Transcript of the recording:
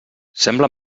sembla